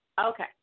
Okay